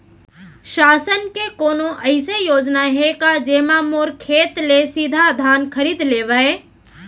शासन के कोनो अइसे योजना हे का, जेमा मोर खेत ले सीधा धान खरीद लेवय?